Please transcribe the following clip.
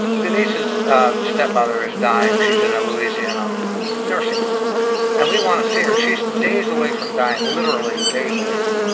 denise's stepmother is dying. she's in a louisiana nursing home and we want to see her. she's days away from dying literally days away from